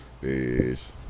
Peace